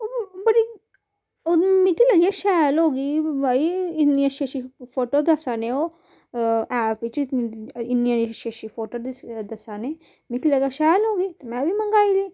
ओह् बड़ी मिकी लग्गेआ शैल होगी भई इन्नियां अच्छी अच्छी फोटो दस्सा ने ओह् ऐप बिच्च इन्नियां इन्नियां अच्छी अच्छियां फोटो दस्सा ने मिकी लग्गेआ शैल होग एह् में बी मंगाई लेई